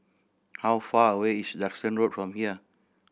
how far away is Duxton Road from here